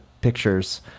pictures